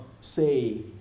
say